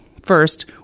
First